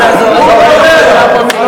חבר הכנסת טיבי.